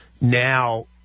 now